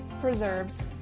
preserves